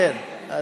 גן עדן, ברוך השם.